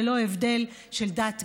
ללא הבדל של דת,